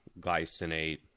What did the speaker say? glycinate